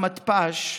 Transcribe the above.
המתפ"ש,